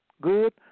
good